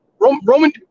Roman